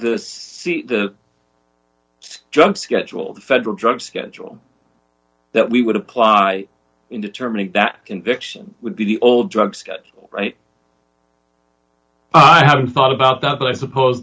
federally the junk schedule federal drug schedule that we would apply in determining that conviction would be the old drugs right i haven't thought about that but i suppose